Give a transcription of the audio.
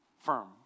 firm